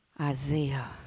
Isaiah